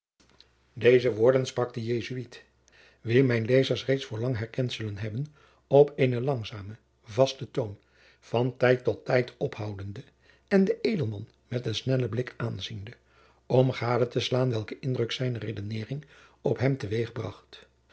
deze woorden sprak de jesuit wien mijne lezers reeds voorlang herkend zullen hebben op eenen langzamen vasten toon van tijd tot tijd ophoudende en den edelman met een snellen blik aanziende om gade te slaan welken indruk zijne redeneering op hem